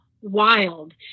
wild